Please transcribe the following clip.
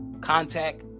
Contact